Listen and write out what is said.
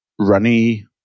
runny